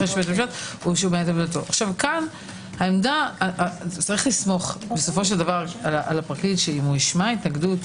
כאן יש לסמוך על הפרקליט שאם ישמע התנגדות